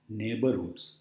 neighborhoods